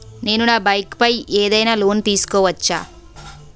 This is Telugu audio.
నేను నా బైక్ పై ఏదైనా లోన్ తీసుకోవచ్చా?